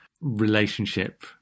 relationship